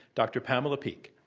dr. pamela peeke.